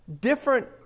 different